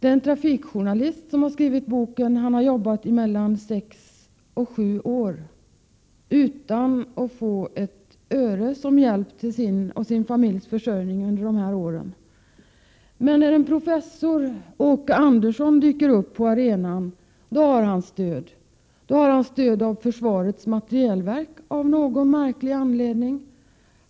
Den trafikjournalist som har skrivit boken har jobbat sex sju år utan att få ett öre som hjälp till sin och sin familjs försörjning under dessa år. Men när en professor, Åke E Andersson, dyker upp på arenan får denne stöd. Professorn får stöd av försvarets materielverk av någon märklig anledning.